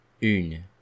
une